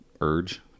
urge